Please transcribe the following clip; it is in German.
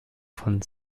von